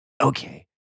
Okay